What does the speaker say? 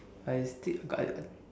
I still I